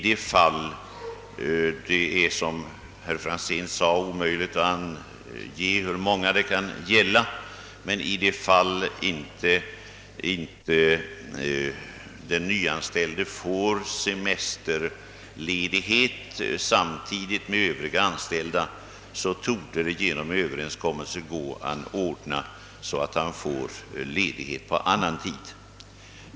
I de fall — det är, som herr Franzén sade, omöjligt att ange hur många det kan gälla — den nyanställde inte erhåller semesterledighet samtidigt med övriga anställda, torde det genom överenskommelse gå att ordna så, att han får ledighet på annan tid.